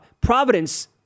Providence